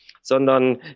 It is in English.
sondern